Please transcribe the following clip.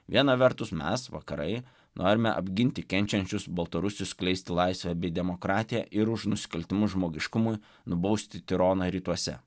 viena vertus mes vakarai norime apginti kenčiančius baltarusius skleisti laisvę bei demokratiją ir už nusikaltimus žmogiškumui nubausti tironą rytuose